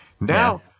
Now